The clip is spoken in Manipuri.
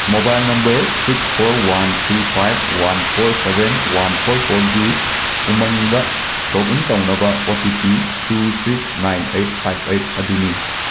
mobile number six four one three five one four seven one four ꯐꯣꯔꯒꯤ ꯎꯃꯪꯗ ꯂꯣꯒꯏꯟ ꯇꯧꯅꯕ O T P two six nine eight five eight ꯑꯗꯨꯅꯤ